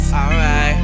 alright